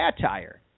satire